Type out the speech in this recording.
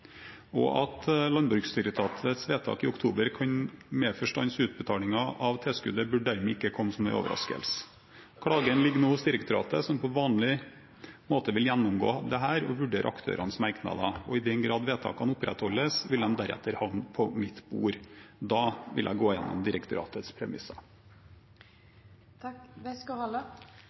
og at Landbruksdirektoratets vedtak i oktober kan medføre stans i utbetalingen av tilskuddet, bør dermed ikke komme som en overraskelse. Klagen ligger nå hos direktoratet, som på vanlig måte vil gjennomgå dette og vurdere aktørenes merknader. I den grad vedtakene opprettholdes, vil de deretter havne på mitt bord. Da vil jeg gå gjennom direktoratets